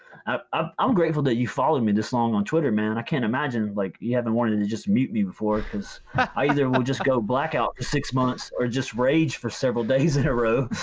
ah i'm grateful that you followed me this long on twitter, man. i can't imagine like you haven't wanted to just mute me before. because i either would just go blackout for six months or just rage for several days in a row.